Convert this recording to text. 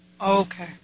Okay